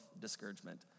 discouragement